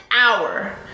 hour